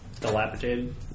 dilapidated